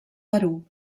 perú